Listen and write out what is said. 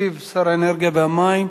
ישיב שר האנרגיה והמים,